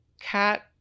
cat